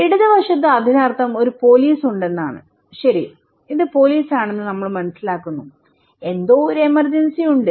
ഇടത് വശത്ത് അതിനർത്ഥം ഒരു പോലീസ് ഉണ്ടെന്നാണ് ശരി ഇത് പോലീസ് ആണെന്ന് നമ്മൾ മനസ്സിലാക്കുന്നു എന്തോ ഒരു എമർജൻസി ഉണ്ട്